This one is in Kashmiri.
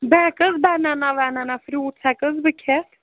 بہٕ ہٮ۪کہٕ حظ بٮ۪نانا وٮ۪نانا فرٛوٗٹٕس ہٮ۪کہٕ حظ بہٕ کھٮ۪تھ